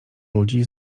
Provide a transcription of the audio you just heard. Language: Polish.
ludzi